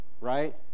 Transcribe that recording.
right